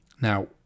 Now